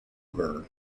her